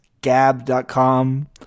Gab.com